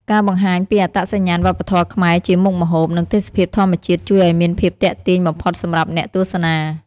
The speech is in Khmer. ការបង្ហាញពីអត្តសញ្ញាណវប្បធម៌ខ្មែរជាមុខម្ហូប និងទេសភាពធម្មជាតិជួយឲ្យមានភាពទាក់ទាញបំផុតសម្រាប់អ្នកទស្សនា។